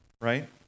right